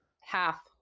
half